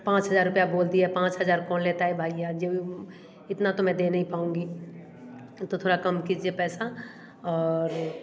पाँच हजार रुपए बोल दिए पाँच हजार कौन लेता है भाई यार जो इतना तो मैं दे नहीं पाऊँगी तो थोड़ा कम कीजिए पैसा और